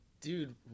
Dude